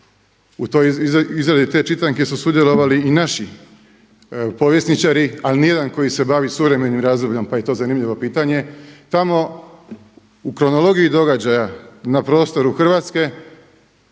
i u izradi te čitanke su sudjelovali i naši povjesničari ali ni jedan koji se bavi suvremenim razdobljem pa je to zanimljivo pitanje. Tamo u kronologiji događaja na prostoru Hrvatske